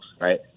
right